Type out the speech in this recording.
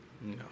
No